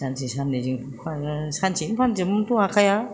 सानसे साननैजों सानसेनो फानजोबनोथ' हाखाया